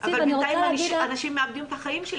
אני רוצה להגיד לך --- אבל בינתיים אנשים מאבדים את חייהם.